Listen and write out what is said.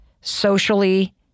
socially